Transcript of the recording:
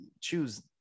choose